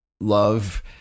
love